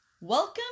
welcome